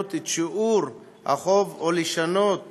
לשנות את שיעור החוב או לשנות את